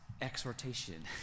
exhortation